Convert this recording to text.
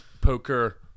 poker